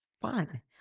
fun